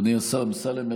אדוני השר אמסלם,